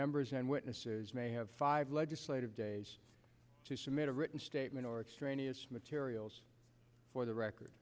members and witnesses may have five legislative days to submit a written statement or extraneous materials for the record